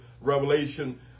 Revelation